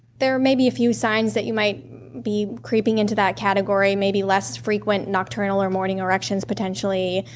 there may be a few signs that you might be creeping into that category, maybe less frequent nocturnal, or morning, erections potentially.